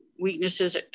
weaknesses